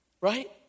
Right